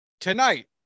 Tonight